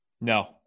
No